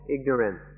ignorance